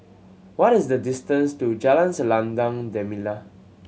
what is the distance to Jalan Selendang Delima